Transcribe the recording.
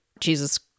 Jesus